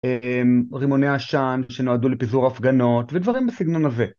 רימוני עשן שנועדו לפיזור הפגנות ודברים בסגנון הזה.